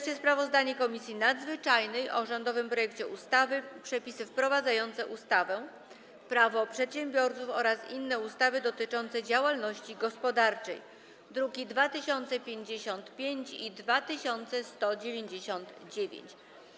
8. Sprawozdanie Komisji Nadzwyczajnej o rządowym projekcie ustawy Przepisy wprowadzające ustawę Prawo przedsiębiorców oraz inne ustawy dotyczące działalności gospodarczej (druki nr 2055 i 2199)